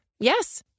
Yes